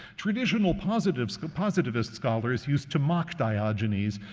traditional positivist positivist scholars used to mock diogenes,